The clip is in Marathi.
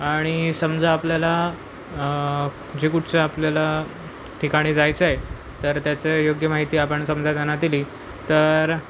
आणि समजा आपल्याला जे कुठचं आपल्याला ठिकाणी जायचं आहे तर त्याचं योग्य माहिती आपण समजा त्यांना दिली तर